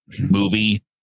movie